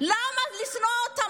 למה לשנוא אותם?